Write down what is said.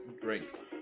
drinks